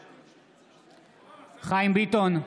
בעד חיים ביטון,